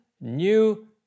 new